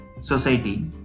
society